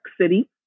City